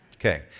Okay